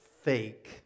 fake